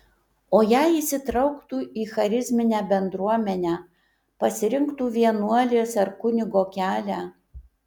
o jei įsitrauktų į charizminę bendruomenę pasirinktų vienuolės ar kunigo kelią